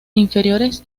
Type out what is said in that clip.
inferiores